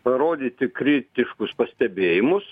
parodyti kritiškus pastebėjimus